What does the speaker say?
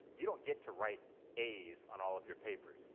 you don't get to write a's on all of your papers,